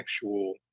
actual